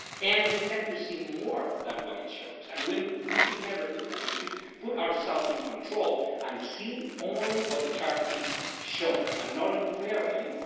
and we tend to see more than what it shows. and we we should never do that. we should put ourselves in control, and see only what the chart is showing, and not inferring,